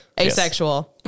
asexual